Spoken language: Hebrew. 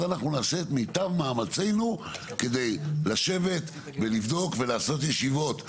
אנחנו נעשה את מיטב מאמצנו כדי לשבת ולבדוק ולעשות ישיבות,